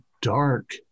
dark